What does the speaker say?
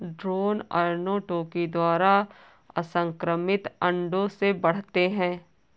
drone अर्नोटोकी द्वारा असंक्रमित अंडों से बढ़ते हैं